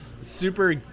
super